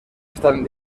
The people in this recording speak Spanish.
están